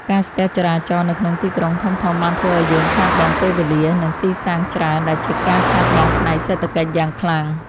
ការស្ទះចរាចរណ៍នៅក្នុងទីក្រុងធំៗបានធ្វើឱ្យយើងខាតបង់ពេលវេលា និងស៊ីសាំងច្រើនដែលជាការខាតបង់ផ្នែកសេដ្ឋកិច្ចយ៉ាងខ្លាំង។